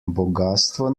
bogastvo